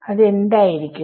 അതെന്തായിരിക്കും